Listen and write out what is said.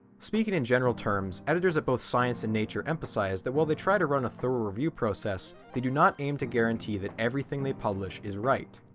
speaking in general terms editors at both science and nature emphasize that while they try to run a thorough review process they do not aim to guarantee that everything they publish is right.